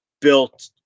built